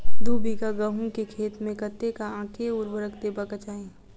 दु बीघा गहूम केँ खेत मे कतेक आ केँ उर्वरक देबाक चाहि?